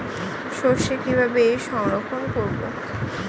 সরষে কিভাবে সংরক্ষণ করব?